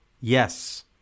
yes